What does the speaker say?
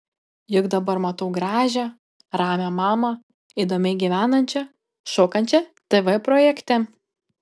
juk dabar matau gražią ramią mamą įdomiai gyvenančią šokančią tv projekte